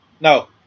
No